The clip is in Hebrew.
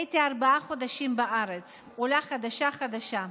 הייתי ארבעה חודשים בארץ, עולה חדשה חדשה.